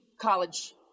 college